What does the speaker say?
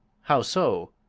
how so?